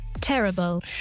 Terrible